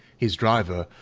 his driver,